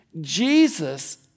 jesus